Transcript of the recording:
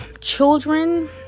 Children